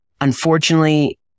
unfortunately